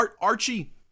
Archie